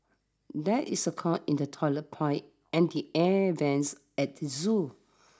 there is a clog in the toilet pipe and the air vents at the zoo